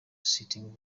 sitting